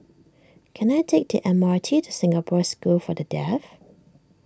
can I take the M R T to Singapore School for the Deaf